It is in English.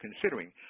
considering